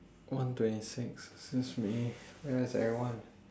one twenty six excuse me where's everyone